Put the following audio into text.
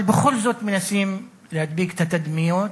אבל בכל זאת מנסים להדביק את התדמיות,